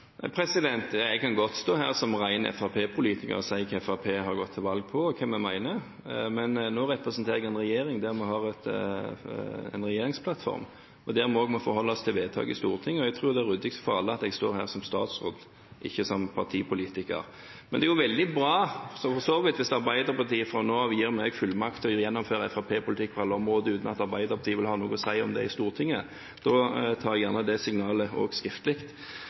som ren fremskrittspartipolitiker og si hva Fremskrittspartiet har gått til valg på, og hva vi mener, men nå representerer jeg en regjering der vi har en regjeringsplattform, og der vi også må forholde oss til vedtak i Stortinget, og jeg tror det er ryddigst for alle at jeg står her som statsråd – ikke som partipolitiker. Men det er for så vidt veldig bra hvis Arbeiderpartiet fra nå av gir meg fullmakt til å gjennomføre fremskrittspartipolitikk på alle områder, uten at Arbeiderpartiet vil ha noe å si om det i Stortinget. Jeg tar gjerne det signalet skriftlig